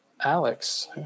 Alex